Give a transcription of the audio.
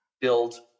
build